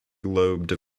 lobed